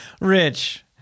Rich